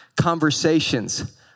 Conversations